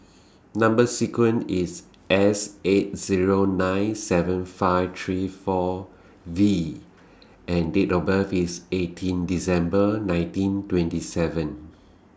Number sequence IS S eight Zero nine seven five three four V and Date of birth IS eighteen December nineteen twenty seven